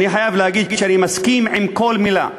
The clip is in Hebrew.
אני חייב להגיד שאני מסכים עם כל מילה שלו.